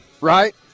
right